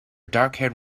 darkhaired